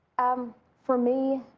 um for me,